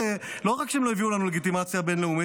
לא רק שהם לא הביאו לנו לגיטימציה בין-לאומית,